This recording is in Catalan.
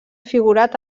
figurat